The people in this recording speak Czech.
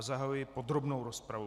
Zahajuji podrobnou rozpravu.